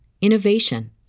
innovation